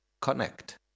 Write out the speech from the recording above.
connect